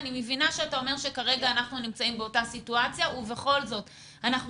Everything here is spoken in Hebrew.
אני מבינה שאתה אומר שכרגע אנחנו נמצאים באותה סיטואציה ובכל זאת אנחנו